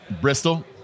Bristol